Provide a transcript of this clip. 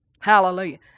Hallelujah